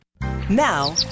Now